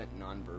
nonverbal